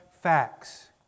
facts